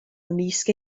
ymysg